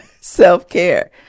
self-care